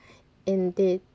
indeed